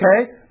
Okay